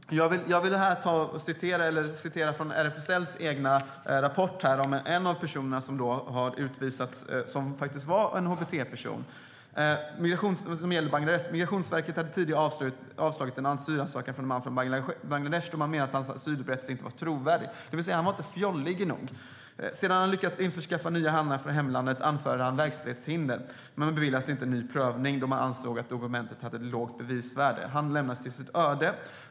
Jag vill här läsa från RFSL:s rapport om en av de personer som utvisats som faktiskt var en hbt-person. Migrationsverket hade tidigare avslagit en asylansökan från en man från Bangladesh, då man menade att hans asylberättelse inte var trovärdig - det vill säga att han inte var fjollig nog. Sedan han lyckats införskaffa handlingar från hemlandet anförde han verkställighetshinder men beviljades inte ny prövning då man ansåg att dokumentet hade lågt bevisvärde. Han lämnades åt sitt öde.